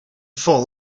full